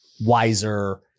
wiser